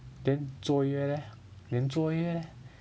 then 坐月 leh then 坐月 leh